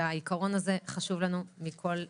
והעיקרון הזה חשוב לנו מכל משמר.